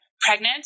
pregnant